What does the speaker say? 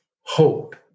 Hope